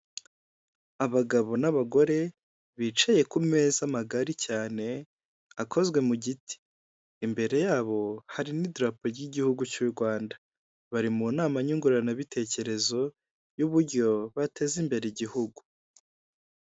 Abagabo n'abagore bicaye ku meza magari cyane akozwe mu giti, imbere yabo hari n'idarapo ry'igihugu cy'u Rwanda, bari mu nama nyunguranabitekerezo y'uburyo bateza imbere igihugu.